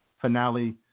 finale